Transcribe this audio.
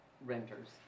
renters